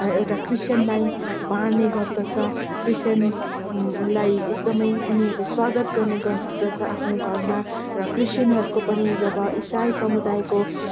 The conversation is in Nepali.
एउटा क्रिस्टियनलाई बाँड्ने गर्दछ क्रिस्टियनलाई एकदमै उनीहरूले स्वागत गर्ने गर्दछ आफ्नो घरमा र क्रिस्टियनहरूको पनि जब इसाई समुदायको